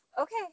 okay